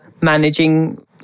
managing